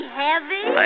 heavy